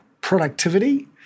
productivity